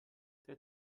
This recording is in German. der